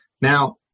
Now